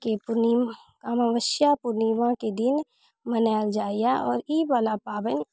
के पूर्णिमा आमावस्या पूर्णिमाके दिन मनायल जाइए आओर ईवला पाबनि